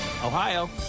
Ohio